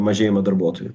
mažėjimą darbuotojų